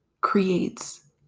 creates